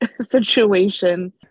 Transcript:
situation